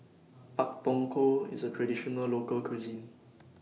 Pak Thong Ko IS A Traditional Local Cuisine